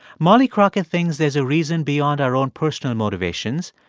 molly crockett thinks there's a reason beyond our own personal motivations.